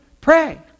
Pray